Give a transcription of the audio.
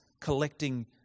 collecting